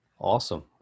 Awesome